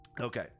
Okay